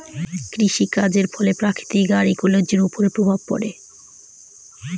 কৃষিকাজের ফলে প্রকৃতি আর ইকোলোজির ওপর প্রভাব পড়ে